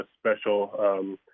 special –